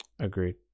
Agreed